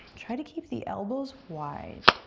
try to keep the elbows wide.